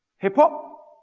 hip hop?